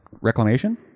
reclamation